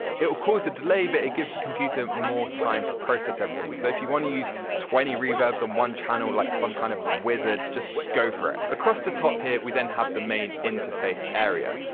it will cause a delay but it gives the computer more time to process everything. so, if you want to use twenty reverbs on one channel like some kind of wizard just go for it. across the top here we then have the main interface area.